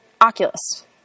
oculus